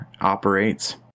operates